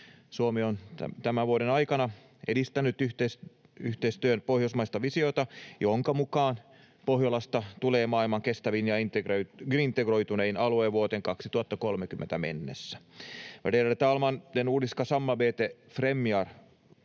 Suomi on tämän vuoden aikana edistänyt yhteistyön pohjoismaista visiota, jonka mukaan Pohjolasta tulee maailman kestävin ja integ-roitunein alue vuoteen 2030 mennessä.